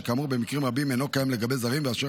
שכאמור במקרים רבים אינו קיים לגבי זרים ואשר